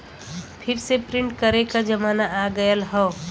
फिर से प्रिंट करे क जमाना आ गयल हौ